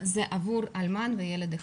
זה עבור אלמן וילד אחד?